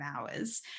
hours